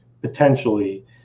potentially